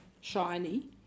shiny